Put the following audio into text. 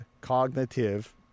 cognitive